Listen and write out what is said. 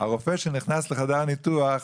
הרופא שנכנס לחדר הניתוח,